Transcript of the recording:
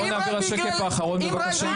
בוא נעביר לשקף אחרון בבקשה.